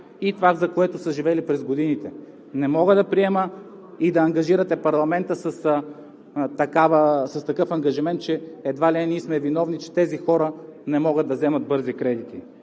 и това, за което са живели през годините? Не мога да приема и да ангажирате парламента с такъв ангажимент, че едва ли не ние сме виновни, че тези хора не могат да вземат бързи кредити.